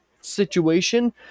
situation